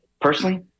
personally